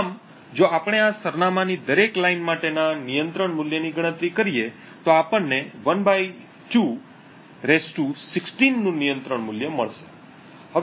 આમ જો આપણે આ સરનામાંની દરેક લાઇન માટેના નિયંત્રણ મૂલ્યની ગણતરી કરીએ તો આપણને 12 16 નું નિયંત્રણ મૂલ્ય મળશે